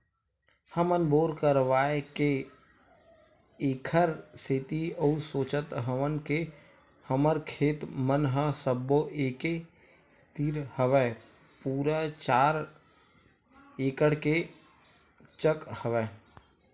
हमन बोर करवाय के ऐखर सेती अउ सोचत हवन के हमर खेत मन ह सब्बो एके तीर हवय पूरा चार एकड़ के चक हवय